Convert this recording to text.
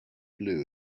blue